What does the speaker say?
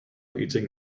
eating